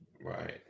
Right